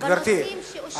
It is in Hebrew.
בנושאים שאושרו.